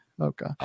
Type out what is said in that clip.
Okay